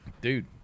Dude